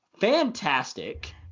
fantastic